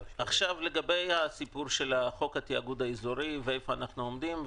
בעניין חוק התאגוד האזורי ואיפה אנחנו עומדים.